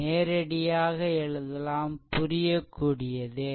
நேரடியாக எழுதலாம் புரியக்கூடியதே